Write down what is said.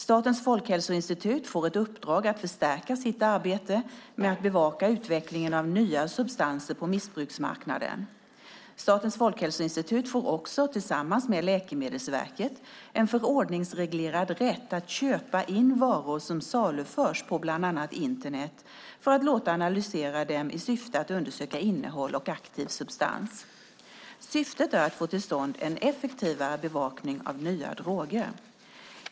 Statens folkhälsoinstitut får i uppdrag att förstärka sitt arbete med att bevaka utvecklingen av nya substanser på missbruksmarknaden. Statens folkhälsoinstitut får också tillsammans med Läkemedelsverket en förordningsreglerad rätt att köpa in varor som saluförs på bland annat Internet för att låta analyser dem i syfte att undersöka innehåll och aktiv substans. Syftet är att få till stånd en effektivare bevakning av nya droger.